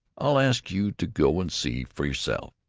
i'll ask you to go and see for yourself.